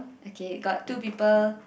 okay got two people